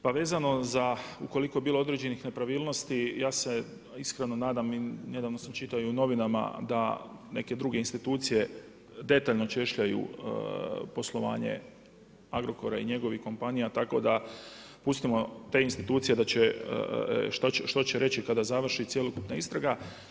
Pa vezano za, ukoliko je bilo određenih nepravilnosti ja se iskreno nadam i nedavno sam čitao i u novinama da neke druge institucije detaljno češljaju poslovanje Agrokora i njegovih kompanija, tako da pustimo te institucije što će reći kada završi cjelokupna istraga.